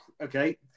okay